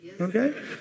Okay